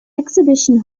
exhibition